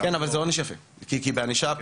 לגבי התיקים של 2021 ו-2022,